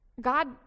God